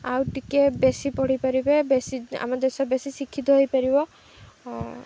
ଆଉ ଟିକେ ବେଶୀ ପଢ଼ିପାରିବେ ବେଶୀ ଆମ ଦେଶ ବେଶୀ ଶିକ୍ଷିତ ହେଇପାରିବ